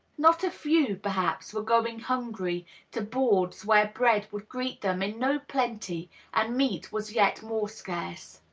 not a few, perhaps, were going hungry to boards where bread would greet them in no plenty and meat was yet more scarce.